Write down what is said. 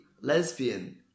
lesbian